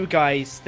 guys